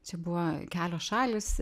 čia buvo kelios šalys